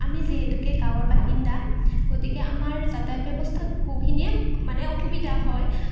আমি যিহেতুকে গাঁৱৰ বাসিন্দা গতিকে আমাৰ যাতায়ত ব্যৱস্থাত বহুতখিনিয়ে মানে অসুবিধা হয়